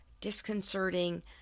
disconcerting